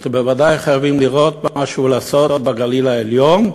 אנחנו בוודאי חייבים לראות משהו ולעשות בגליל העליון,